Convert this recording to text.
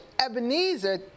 Ebenezer